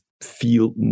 feel